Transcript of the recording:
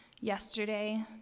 yesterday